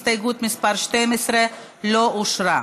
הסתייגות מס' 12 לא אושרה.